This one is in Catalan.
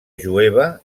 jueva